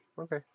Okay